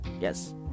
Yes